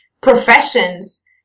professions